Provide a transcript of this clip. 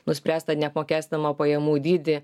nuspręsta neapmokestinamą pajamų dydį